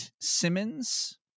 Simmons